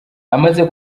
amaze